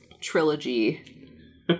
trilogy